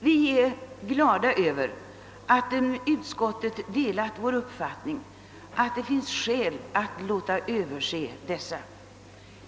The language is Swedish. Vi är glada över att utskottet delat vår uppfattning att det finns skäl att låta överse dessa.